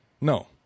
no